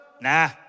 Nah